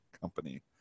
company